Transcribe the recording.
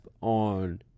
on